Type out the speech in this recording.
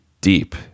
deep